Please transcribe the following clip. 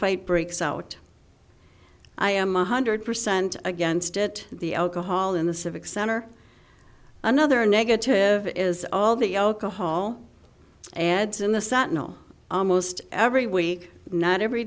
fight breaks out i am one hundred percent against it the hall in the civic center another negative is all the alcohol ads in the sentinel almost every week not every